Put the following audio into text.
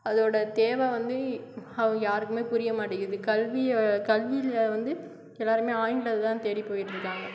அதோட தேவை வந்து அவங்க யாருக்கும் புரியமாட்டேங்குது கல்வியை கல்வியில் வந்து எல்லோருமே ஆங்கிலத்தைதான் தேடி போய்ட்ருக்காங்க